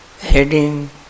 Heading